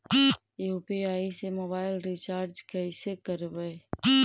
UPI से mobile recharge कैसे करबइ?